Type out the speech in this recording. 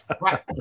Right